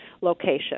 location